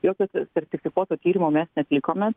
jokio sertifikuoto tyrimo mes neatlikome